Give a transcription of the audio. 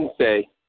say